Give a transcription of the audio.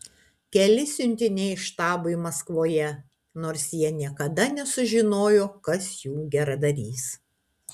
keli siuntiniai štabui maskvoje nors jie niekada nesužinojo kas jų geradarys